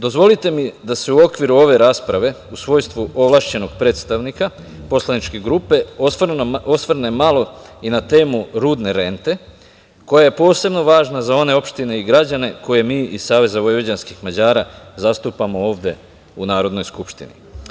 Dozvolite mi da se u okviru ove rasprave u svojstvu ovlašćenog predstavnika poslaničke grupe osvrnem malo i na temu rudne rente koja je posebno važna i za one opštine i građane koje mi iz SVM zastupamo ovde u Narodnoj skupštini.